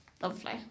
Lovely